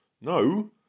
no